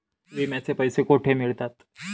विम्याचे पैसे कुठे मिळतात?